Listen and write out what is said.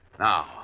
Now